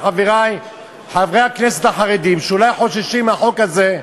לומר לחברי חברי הכנסת החרדים שאולי חוששים מהחוק הזה: